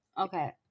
Okay